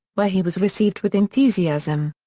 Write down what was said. where he was received with enthusiasm.